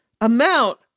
amount